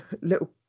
little